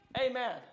amen